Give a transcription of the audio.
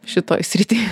šitoj srity